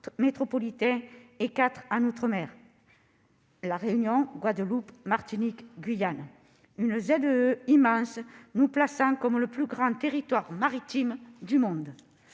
métropolitain et quatre en outre-mer- Réunion, Guadeloupe, Martinique, Guyane -; une ZEE immense nous classant comme le plus grand territoire maritime du monde.